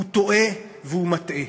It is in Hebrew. טועה ומטעה.